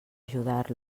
ajudar